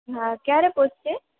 હા ક્યારે પહોંચશે